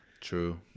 True